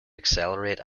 accelerate